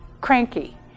cranky